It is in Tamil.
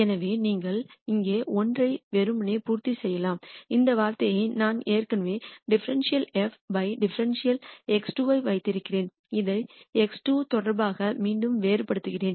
எனவே நீங்கள் இங்கே 1 ஐ வெறுமனே பூர்த்தி செய்யலாம் இந்த வார்த்தையை நான் ஏற்கனவே ∂f ∂x2 வைத்திருக்கிறேன் இதை x2 தொடர்பாக மீண்டும் வேறுபடுத்துகிறேன்